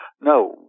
no